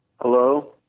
Hello